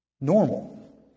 normal